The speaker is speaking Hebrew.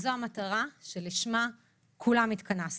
וזו המטרה שלשמה כולנו התכנסנו.